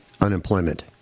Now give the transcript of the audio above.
unemployment